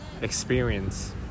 experience